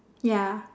ya